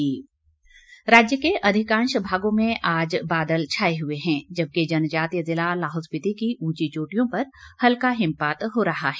मौसम राज्य के अधिकांश भागों में आज बादल छाए हुए हैं जबकि जनजातीय जिला लाहौल स्पीति की उंची चोटियों पर हल्का हिमपात हो रहा है